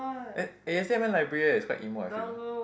eh eh yesterday I went library it was quite emo I feel